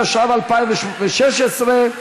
התשע"ו 2016,